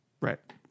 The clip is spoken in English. right